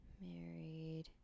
Married